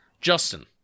Justin